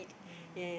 mm